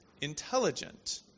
intelligent